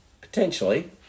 Potentially